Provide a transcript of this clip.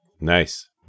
Nice